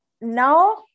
now